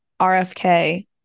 RFK-